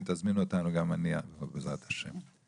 אם תזמינו אותנו גם אני אבוא, בעזרת השם.